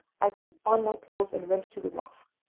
i put on my clothes and went to the mosque.